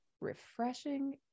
Refreshing